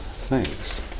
Thanks